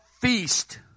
feast